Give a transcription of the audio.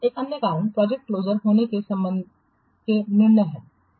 एक अन्य कारण प्रोजेक्ट क्लोजर होने के संबंध में निर्णय है